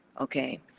okay